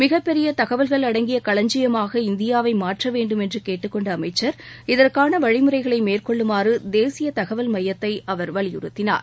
மிகப்பெரிய தகவல்கள் அடங்கிய களஞ்சியமாக இந்தியாவை மாற்ற வேண்டுமென்று கேட்டுக் கொண்டஅமைச்சர் இதற்கான வழிமுறைகளை மேற்கொள்ளுமாறு தேசிய தகவல் மையத்தை அவர் வலியுறுத்தினார்